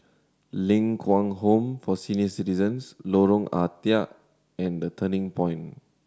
Ling Kwang Home for Senior Citizens Lorong Ah Thia and The Turning Point